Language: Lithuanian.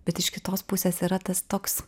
bet iš kitos pusės yra tas toks